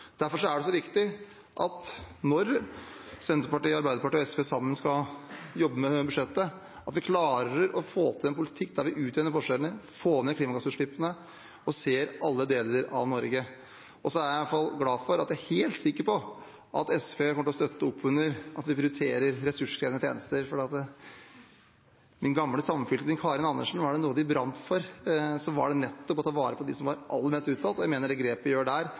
Derfor er det så viktig at vi, når Senterpartiet, Arbeiderpartiet og SV sammen skal jobbe med budsjettet, klarer å få til en politikk der vi utjevner forskjellene, får ned klimagassutslippene og ser alle deler av Norge. Jeg er i hvert fall glad for at jeg er helt sikker på at SV kommer til å støtte oppunder at vi prioriterer ressurskrevende tjenester. Var det noe min gamle samfylking Karin Andersen brant for, var det nettopp å ta vare på dem som var aller mest utsatt. Jeg mener det grepet vi gjør der,